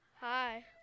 Hi